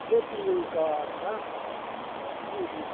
दो तीन दिन का बाद का जी जी जी